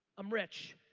i'm rich.